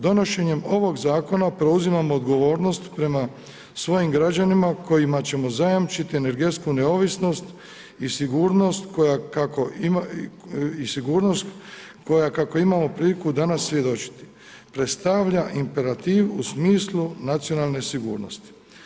Donošenjem ovog zakona preuzimamo odgovornost prema svojim građanima kojima ćemo zajamčiti energetsku neovisnost i sigurnost koja kako imamo priliku danas svjedočiti, predstavlja imperativ u smislu nacionalne sigurnosti.